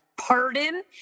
pardon